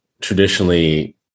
traditionally